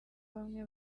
bamwe